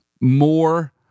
more